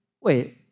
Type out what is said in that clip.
wait